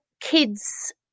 kids